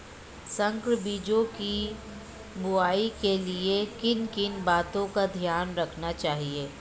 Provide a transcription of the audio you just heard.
संकर बीजों की बुआई के लिए किन किन बातों का ध्यान रखना चाहिए?